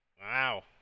wow